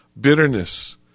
bitterness